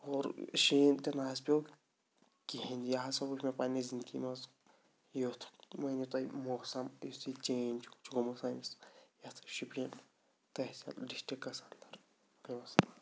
اور شیٖن تہِ نہ حظ پیوٚ کِہینۍ یہِ ہَسا وٕچھ مےٚ پَنٛنہِ زِندگی منٛز یُتھ مٲنِو تُہۍ موسم یُس یہِ چینٛج چھُ گوٚمُت سٲنِس یَتھ شُپیَن تہسیٖل ڈِسٹِرکَس اندَر باقٕے وَسَلام